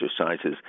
exercises